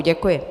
Děkuji.